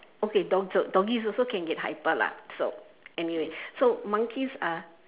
okay dogs doggies also can get hyper lah so anyway monkeys are